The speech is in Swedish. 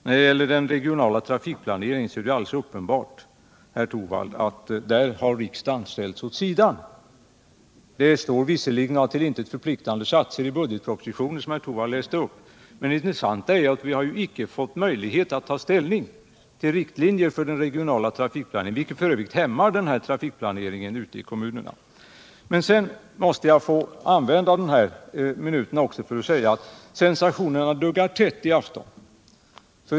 När det gäller den regionala trafikplaneringen är det alldeles uppenbart att riksdagen har ställts åt sidan. Det står visserligen några till intet förpliktande satser i budgetpropositionen, som herr Torwald läste upp, men det intressanta är att vi icke fått möjlighet att ta ställning till riktlinjer för den regionala trafikplaneringen, vilket f.ö. hämmar trafikplaneringen ute i kommunerna. Sedan måste jag också få använda de här minuterna till att säga att sensationerna duggar tätt i afton.